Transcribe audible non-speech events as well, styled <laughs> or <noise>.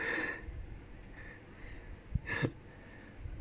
<laughs>